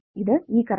ഇത് ഈ കറണ്ട്